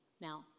Now